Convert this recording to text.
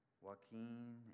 Joaquin